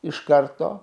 iš karto